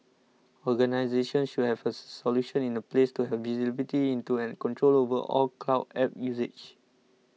organisations should have a solution in place to have visibility into and control over all cloud apps usage